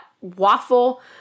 waffle